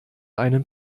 einen